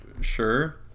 Sure